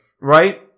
right